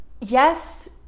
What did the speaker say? Yes